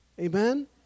Amen